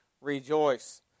rejoice